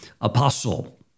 apostle